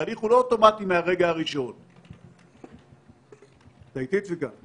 זה לא רלוונטי להגיד שמ-201 ואילך יתחילו לבדוק.